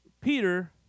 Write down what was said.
Peter